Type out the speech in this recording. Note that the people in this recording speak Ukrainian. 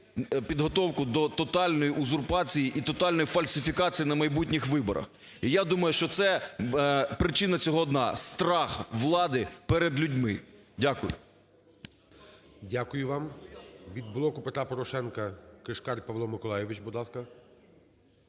підготовку до тотальної узурпації і тотальної фальсифікації на майбутніх виборах. І я думаю, що це причина цього одна – страх влади перед людьми. Дякую. ГОЛОВУЮЧИЙ. Дякую вам. Від "Блоку Петра Порошенка" Кишкар Павло Миколайович, будь ласка.